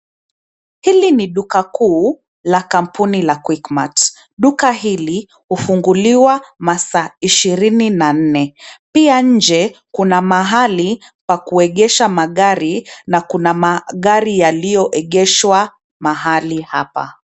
Hili ni duka kuu, la kampuni la QuickMart , duka hili, hufunguliwa masaa ishirini na nne, pia nje, kuna mahali, pa kuegesha magari, na kuna magari yaliyoegeshwa, mahali hapa.